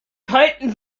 teilten